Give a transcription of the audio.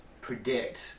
predict